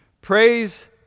Praise